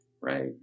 right